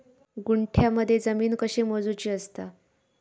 गुंठयामध्ये जमीन कशी मोजूची असता?